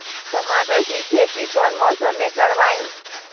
टमाटर की खेती कौन मौसम में करवाई?